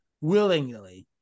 willingly